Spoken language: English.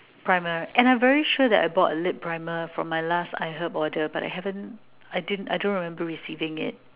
primer and I very sure that I bought a lip primer from my last I herb order but I haven't I didn't I don't remember receiving it